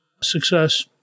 success